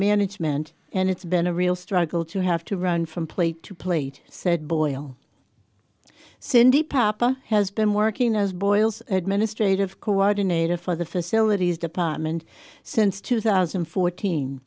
management and it's been a real struggle to have to run from plate to plate said boyle cindy papa has been working as boyle's administrative coordinator for the facilities department since two thousand and fourteen